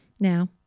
Now